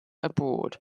abroad